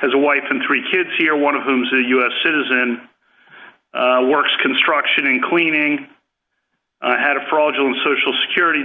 has a wife and three kids here one of whom is a us citizen and works construction and cleaning had a fraudulent social security